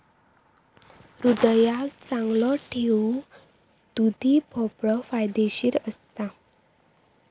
हृदयाक चांगलो ठेऊक दुधी भोपळो फायदेशीर असता